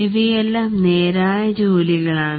ഇവയെല്ലാം നേരായ ജോലികളാണ്